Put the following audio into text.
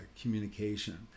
communication